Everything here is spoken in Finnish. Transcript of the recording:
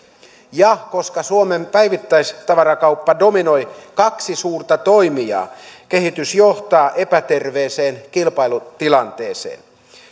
ja koska suomen päivittäistavarakauppaa dominoi kaksi suurta toimijaa kehitys johtaa epäterveeseen kilpailutilanteeseen